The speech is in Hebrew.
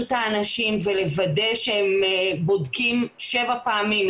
את האנשים ולוודא שהם בודקים שבע פעמים,